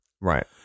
Right